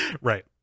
Right